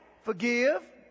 forgive